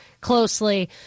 closely